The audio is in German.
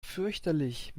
fürchterlich